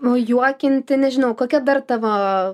o juokinti nežinau kokia dar tavo